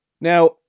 now